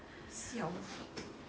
siao ah